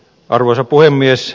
arvoisa puhemies